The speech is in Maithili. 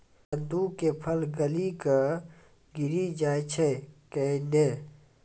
कददु के फल गली कऽ गिरी जाय छै कैने?